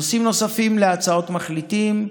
נושאים נוספים להצעות מחליטים: